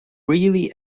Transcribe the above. really